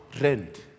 rent